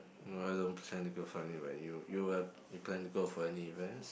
no I don't plan to go for any you you were you plan to go for any events